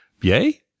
Yay